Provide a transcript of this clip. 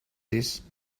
this